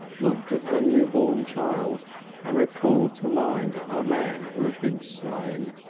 looked at her newborn child and recalled to mind her man who had been slain,